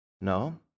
No